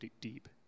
deep